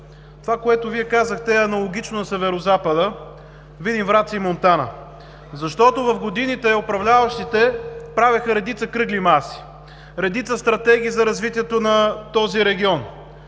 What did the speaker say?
Това, което Вие казахте, е аналогично на Северозапада – Видин, Враца и Монтана. В годините управляващите правеха редица кръгли маси, редица стратегии за развитието на този регион